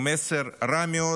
הוא מסר רע מאוד